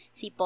si